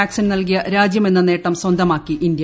vaccine നൽകിയ രാജ്യമെന്ന നേട്ടം സ്വന്തമാക്കി ഇന്ത്യ